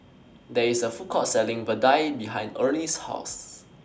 There IS A Food Court Selling Vadai behind Ernie's House